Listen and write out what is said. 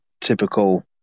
typical